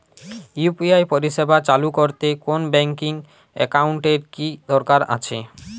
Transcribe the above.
UPI পরিষেবা চালু করতে কোন ব্যকিং একাউন্ট এর কি দরকার আছে?